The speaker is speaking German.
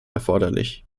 erforderlich